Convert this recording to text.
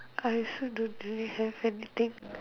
I also don't really have anything